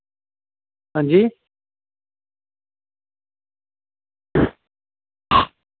हांजी